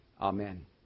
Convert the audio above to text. Amen